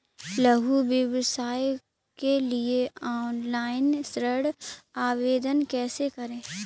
लघु व्यवसाय के लिए ऑनलाइन ऋण आवेदन कैसे करें?